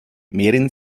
mehren